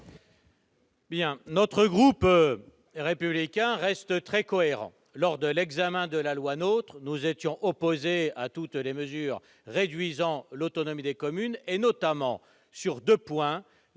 vote. Notre groupe Les Républicains reste très cohérent. Lors de l'examen de la loi NOTRe, nous étions opposés à toutes les mesures réduisant l'autonomie des communes, notamment sur deux points